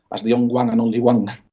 as the um one and only one.